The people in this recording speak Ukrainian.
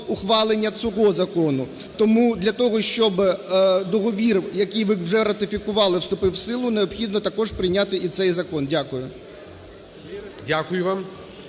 ухвалення цього закону. Тому для того, щоб договір, який ви вже ратифікували, вступив у силу, необхідно також прийняти і цей закон. Дякую. ГОЛОВУЮЧИЙ.